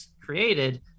created